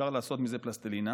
אפשר לעשות מזה פלסטלינה.